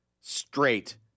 straight